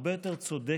והרבה יותר צודקת.